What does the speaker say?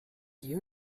you